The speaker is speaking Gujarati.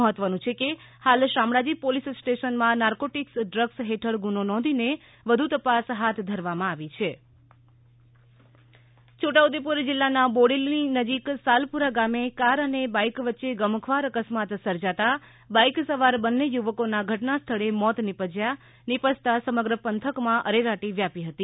મહત્વનું છે કે હાલ શામળાજી પોલીસ સ્ટેશનમાં નાર્કોટિક્સ ડ્રગ્સ હેઠળ ગુનો નોંધીને વધુ તપાસ હાથ ધરવામાં આવી છે છોટાઉદેપુર અકસ્માત છોટા ઉદેપુર જીલ્લાના બોડેલી નજીક સાલપુરા ગામે કાર અને બાઈક વચ્ચે ગમખ્વાર અકસ્માત સર્જાતા બાઈક સવાર બંન્ને યુવકોના ઘટના સ્થળે મોત નીપજ્યા સમગ્ર પંથકમાં અરેરાટી વ્યાપી હતી